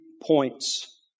points